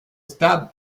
stade